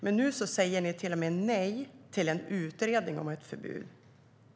Men nu säger ni till och med nej till en utredning om ett förbud.